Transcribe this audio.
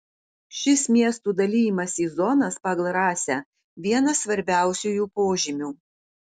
šis miestų dalijimas į zonas pagal rasę vienas svarbiausiųjų požymių